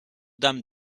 dame